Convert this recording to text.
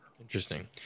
Interesting